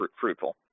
fruitful